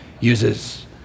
Uses